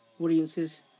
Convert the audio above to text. audiences